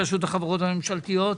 רשות החברות הממשלתיות.